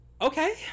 okay